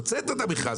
הוצאת את המכרז,